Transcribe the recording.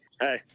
Hey